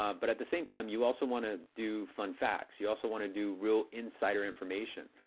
um but at the same time, you also want to do fun facts. you also want to do real insider information.